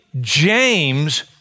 James